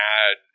add